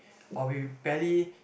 or we barely